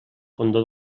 fondó